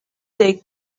they